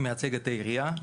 אני מייצג את העירייה.